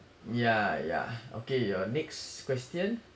yeah yeah okay your next question